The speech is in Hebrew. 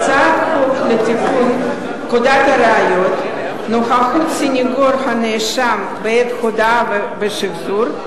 הצעת חוק לתיקון פקודת הראיות (נוכחות סניגור הנאשם בעת הודיה ושחזור),